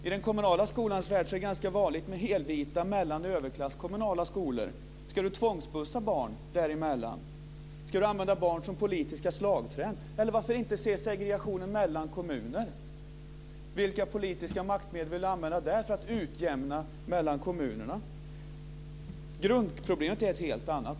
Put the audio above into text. I den kommunala skolans värld är det ganska vanligt med "helvita" Silfverstrand tvångsbussa barn? Ska han använda barn som politiska slagträn? Varför inte se segregationen mellan kommuner? Vilka politiska maktmedel vill Bengt Silfverstrand använda för att utjämna mellan kommunerna? Grundproblemet är ett helt annat.